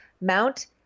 Mount